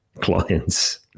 clients